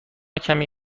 کمی